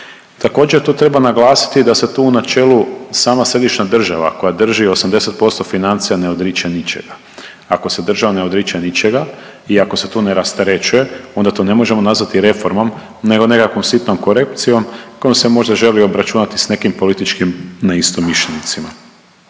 Također, tu treba naglasiti da se tu u načelu sama središnja država koja drži 80% financija ne odriče ničega, ako se država ne odriče ničega i ako se tu ne rasterećuje, onda to ne možemo nazvati reformom nego nekakvom sitnom korekcijom kojom se možda želi obračunati s nekim političkim neistomišljenicima.